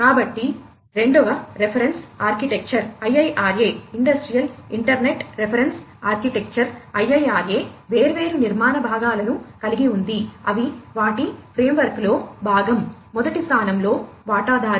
కాబట్టి II reference architecture లో భాగం మొదటి స్థానంలో వాటాదారు